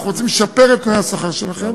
אנחנו רוצים לשפר את תנאי השכר שלכם.